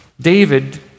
David